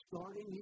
Starting